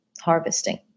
harvesting